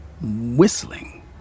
whistling